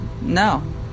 No